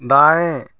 दाएँ